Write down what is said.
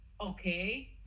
okay